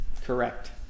Correct